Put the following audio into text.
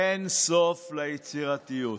אין סוף ליצירתיות,